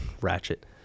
Ratchet